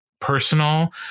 personal